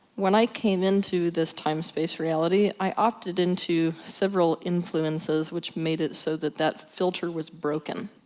when i came into this time space reality i opted into several influences which made it so that that filture was broken.